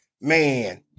man